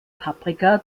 paprika